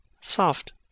Soft